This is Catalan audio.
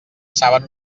saben